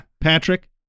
Patrick